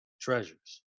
treasures